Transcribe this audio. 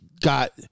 got